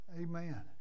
Amen